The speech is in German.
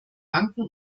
banken